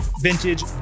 vintage